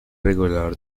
regulador